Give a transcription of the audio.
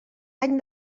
any